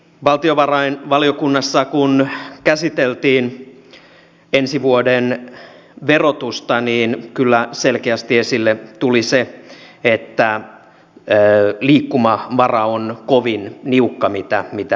valtiovarainvaliokunnassa kun käsiteltiin ensi vuoden verotusta niin kyllä selkeästi esille tuli se että se liikkumavara on kovin niukka mitä nyt on